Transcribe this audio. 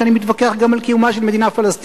אפילו שאני מתווכח גם על קיומה של מדינה פלסטינית,